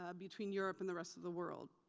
ah between europe and the rest of the world.